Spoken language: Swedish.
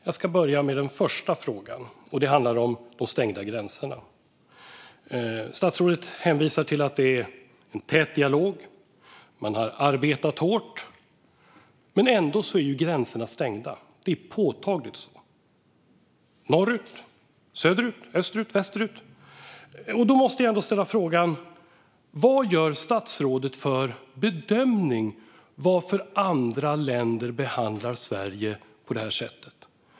Jag börjar med den första frågan, som handlar om de stängda gränserna. Statsrådet hänvisar till att det är en tät dialog och att man har arbetat hårt. Men ändå är gränserna stängda. Det är påtagligt att det är så. De är stängda norrut, söderut, österut och västerut. Därför måste jag ställa frågan: Vad gör statsrådet för bedömning av varför andra länder behandlar Sverige på det här sättet?